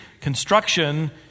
construction